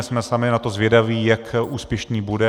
Jsme sami na to zvědaví, jak úspěšný bude.